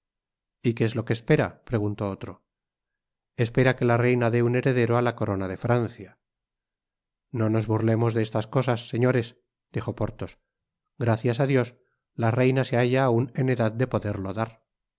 y qué es lo que espera preguntó otro espera que la reina dé un heredero á la corona de francia no nos burlemos de estas cosas señores dijo porthos gracias á dios la reina se baila aun en edad de poderlo dar